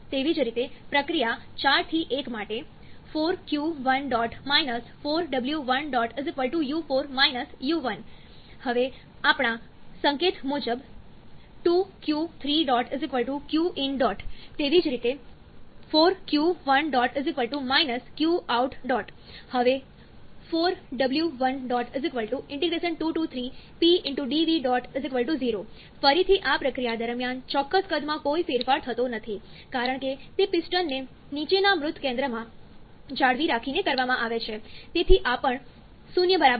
તેવી જ રીતે પ્રક્રિયા 4 થી 1 માટે ₄q1 ₄w1 u4 u1 હવે આપણા સંકેત મુજબ ₂q3 qin તેવી જ રીતે ₄q1 qout હવે ₄w1 23Pdv 0 ફરીથી આ પ્રક્રિયા દરમિયાન ચોક્કસ કદમાં કોઈ ફેરફાર થતો નથી કારણ કે તે પિસ્ટનને નીચેના મૃત કેન્દ્રમાં જાળવી રાખીને કરવામાં આવે છે તેથી આ પણ 0 બરાબર છે